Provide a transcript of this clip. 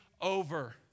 over